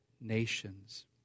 nations